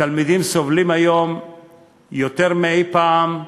סובלים היום יותר מאי-פעם,